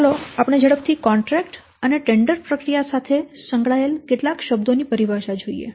તેથી ચાલો આપણે ઝડપથી કોન્ટ્રેક્ટ અને ટેન્ડર પ્રક્રિયા સાથે સંકળાયેલ કેટલાક શબ્દો ની પરિભાષા જોઈએ